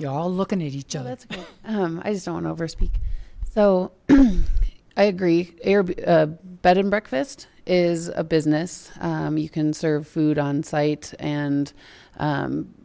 you're all looking at each other i just don't over speak so i agree arab bed and breakfast is a business you can serve food on site and